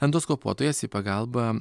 endoskopuotojas į pagalbą